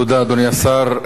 תודה, אדוני השר.